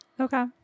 Okay